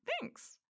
Thanks